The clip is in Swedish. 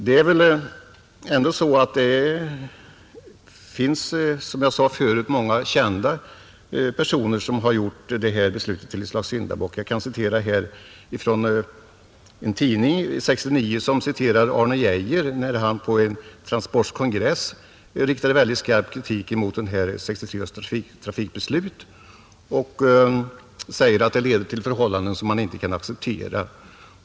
Som jag sade förut finns det i alla fall många kända personer som gjort det beslutet till syndabock. Jag kan citera en tidning från år 1969, som konstaterar att Arne Geijer på Transports kongress riktar skarp kritik mot 1963 års trafikbeslut och säger att det leder till förhållanden som man inte kan acceptera.